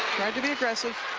tried to be aggressive.